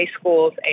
schools